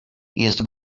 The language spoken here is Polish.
jest